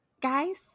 guys